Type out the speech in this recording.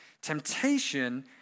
Temptation